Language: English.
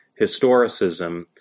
historicism